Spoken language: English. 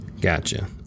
Gotcha